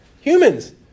Humans